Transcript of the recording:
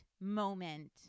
moment